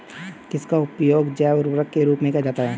किसका उपयोग जैव उर्वरक के रूप में किया जाता है?